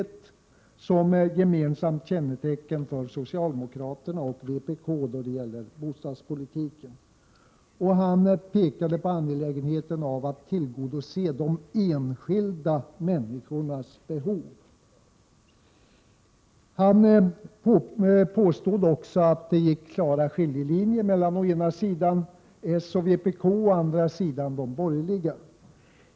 Detta skulle vara ett gemensamt kännetecken för socialdemokraterna och vpk när det gäller bostadspolitiken. Knut Billing framhöll angelägenheten av att tillgodose de enskilda människornas behov. Han påstod också att det går klara skiljelinjer mellan å ena sidan socialdemokraterna och vpk och å andra sidan de borgerliga.